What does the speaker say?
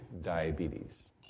diabetes